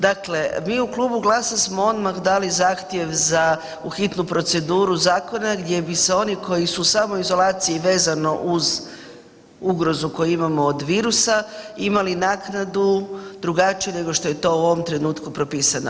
Dakle, mi u Klubu GLAS-a smo odmah dali zahtjev za u hitnu proceduru zakona gdje bi se oni koji su u samoizolaciji vezano uz ugrozu koju imamo od virusa imali naknadu drugačiju nego što je to u ovom trenutku propisana.